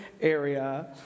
area